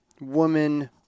woman